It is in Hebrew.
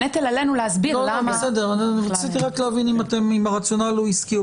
הנטל עלינו להסביר למה --- רציתי רק להבין אם הרציונל הוא עסקי.